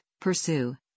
pursue